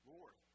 Lord